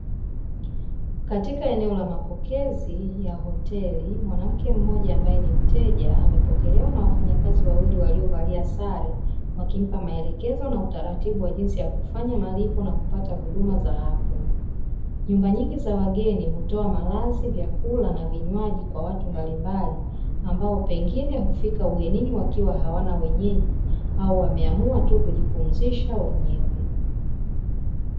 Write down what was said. Katika eneo la mapokezi ya hoteli mwanamke mmoja ambae ni mteja amepokelewa na wafanyakazi wawili waliovalia sare wakimpa maelekezo na utaratibu wa jinsi ya kufanya malipo na kupata huduma za hapo. Nyumba nyingi za wageni hutoa malazi, vyakula na vinywaji; kwa watu mbalimbali ambao pengine hufika ugenini wakiwa hawana wenyeji au wameamua tu kujipumzisha wenyewe.